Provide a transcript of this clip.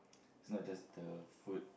it's not just the food